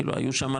כאילו היו שם,